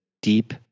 deep